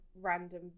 random